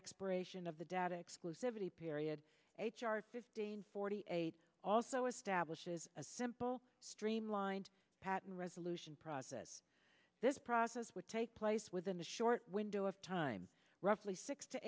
expiration of the data exclusivity period a chart fifteen forty eight also establishes a simple streamlined patent resolution process this process would take place within a short window of time roughly six to